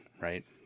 right